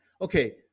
Okay